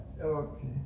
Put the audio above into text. Okay